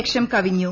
ലക്ഷം കവിഞ്ഞു